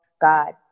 God